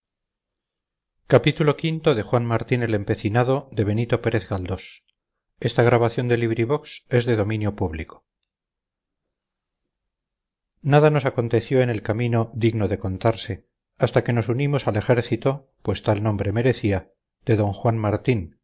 partido nada nos aconteció en el camino digno de contarse hasta que nos unimos al ejército pues tal nombre merecía de d juan martín